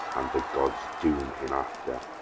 and the gods doom him after!